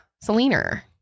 Selena